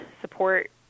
support